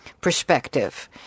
perspective